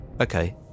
Okay